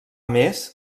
més